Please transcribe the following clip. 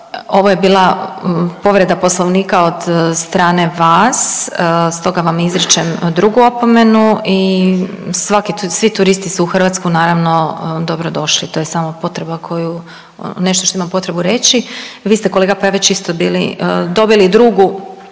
Ovo je bila povreda Poslovnika od strane vas, stoga vam izričem drugu opomenu. I svi turisti su u Hrvatsku naravno dobro došli. To je samo potreba koju, nešto što imam potrebu reći. Vi ste kolega Pavić isto bili dobili drugu